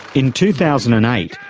in two thousand and eight,